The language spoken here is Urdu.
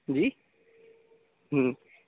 جی